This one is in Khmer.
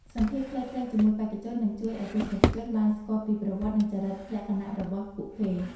សម្ភាសន៍ខ្លីៗជាមួយបេក្ខជននឹងជួយឱ្យទស្សនិកជនបានស្គាល់ពីប្រវត្តិ និង ចរិតលក្ខណៈរបស់ពួកគេ។